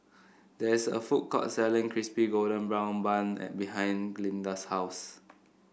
there is a food court selling Crispy Golden Brown Bun and behind Glynda's house